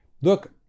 look